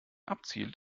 abzielt